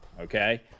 okay